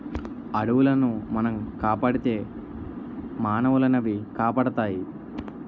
అడవులను మనం కాపాడితే మానవులనవి కాపాడుతాయి